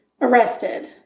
arrested